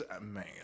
Man